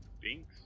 Binks